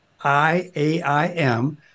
IAIM